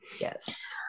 Yes